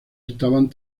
estaban